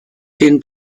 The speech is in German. den